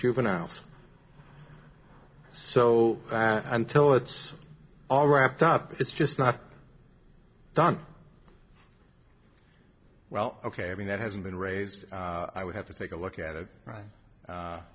juveniles so until it's all wrapped up it's just not done well ok i mean that hasn't been raised i would have to take a look at it